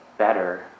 Better